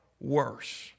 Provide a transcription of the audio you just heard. worse